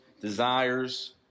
desires